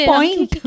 point